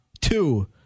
Two